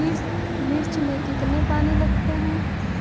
मिर्च में कितने पानी लगते हैं?